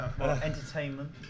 Entertainment